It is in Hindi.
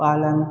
पालन